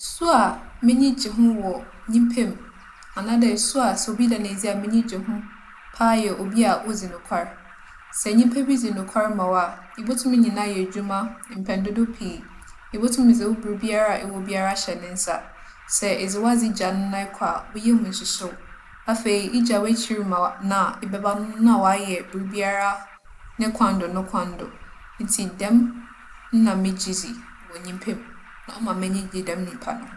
Su a m'enyi gye ho wͻ nyimpa mu anaadɛ su a sɛ obi da no edzi a m'enyi gye ho paa yɛ obi a odzi nokwar. Sɛ nyimpa bi dzi nokwar ma wo a, ibotum enye no ayɛ edwuma mpɛn dodow pii. Ibotum dze wo biribiara a ewͻ biara ahyɛ ne nsa. Sɛ edze w'adze gya no na ekͻ a, wo yamu nnhyehye wo. Afei igya w'ekyir ma wo - no a, ebɛba no na ͻayɛ biribiara ne kwan do no kwan do. Ntsi dɛm na megye dzi wͻ nyimpa mu, na ͻma m'enyi gye dɛm nyimpa no ho.